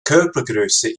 körpergröße